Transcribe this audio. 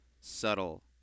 subtle